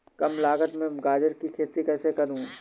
कम लागत में गाजर की खेती कैसे करूँ?